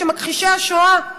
של מכחישי השואה.